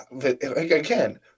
Again